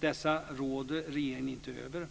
Dessa råder regeringen inte över.